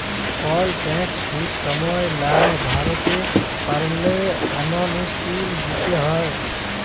call tax ঠিক সময় লায় ভরতে পারল্যে, অ্যামনেস্টি দিতে হ্যয়